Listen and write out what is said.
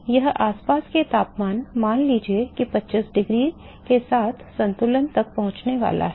तो यह आसपास के तापमान मान लीजिए कि 25 डिग्री के साथ संतुलन तक पहुंचने वाला है